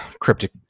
cryptic